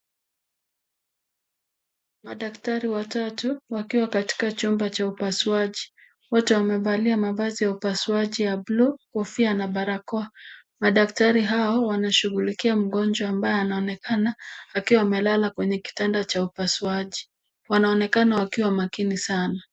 Madaktari watatu, wakiwa katika chumba cha upasuaji , wote wamevalia mavazi ya upasuaji ya blue , kofia na barakoa . Madaktari hao wanashughulikia mgonjwa ambaye anaonekana akiwa amelala kwenye kitanda cha upasuaji, wanaonekana wakiwa makini sana.